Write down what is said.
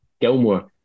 Gilmore